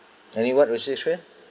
any what restriction